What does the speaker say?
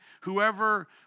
whoever